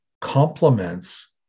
complements